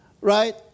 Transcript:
right